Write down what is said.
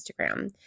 Instagram